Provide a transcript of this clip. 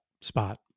spot